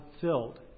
filled